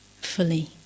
fully